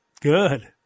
Good